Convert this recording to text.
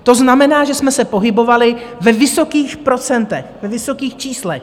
To znamená, že jsme se pohybovali ve vysokých procentech, ve vysokých číslech.